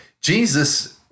Jesus